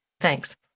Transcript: Thanks